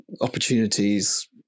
opportunities